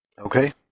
Okay